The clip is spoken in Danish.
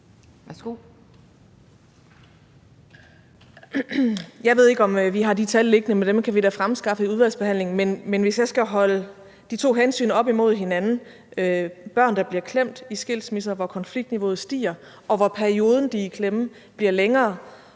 Jeg ved ikke, om vi har de tal liggende, men dem kan vi da fremskaffe i udvalgsbehandlingen. Men hvis jeg skal holde de to hensyn op mod hinanden, nemlig børn, der bliver klemt i skilsmisser, hvor konfliktniveauet stiger, og hvor den periode, de er i klemme, bliver længere,